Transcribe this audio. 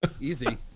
Easy